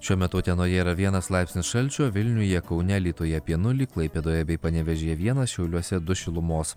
šiuo metu utenoje yra vienas laipsnis šalčio vilniuje kaune alytuje apie nulį klaipėdoje bei panevėžyje vienas šiauliuose du šilumos